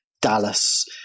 Dallas